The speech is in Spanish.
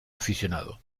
aficionado